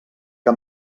que